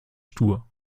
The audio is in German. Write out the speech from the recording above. stur